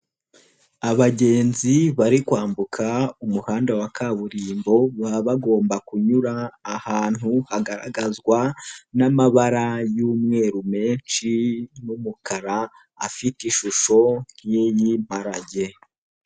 Abagenzi bari kwambuka umuhanda wa kaburimbo, baba bagomba kunyura ahantu hagaragazwa n'amabara y'umweru menshi n'umukara afite ishusho nk'ay'Imparage.